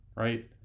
Right